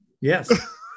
Yes